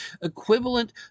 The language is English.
equivalent